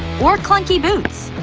or clunky boots,